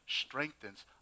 strengthens